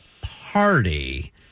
party